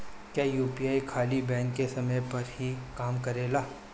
क्या यू.पी.आई खाली बैंक के समय पर ही काम करेला?